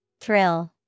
Thrill